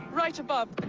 right above.